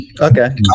Okay